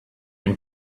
and